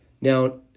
Now